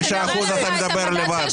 אחוזים אתה מדבר לבד.